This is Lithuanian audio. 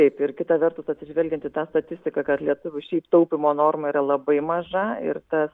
taip ir kita vertus atsižvelgiant į tą statistiką kad lietuvių šiaip taupymo norma yra labai maža ir tas